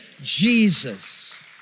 Jesus